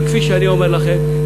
וכפי שאני אומר לכם,